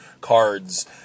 cards